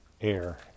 air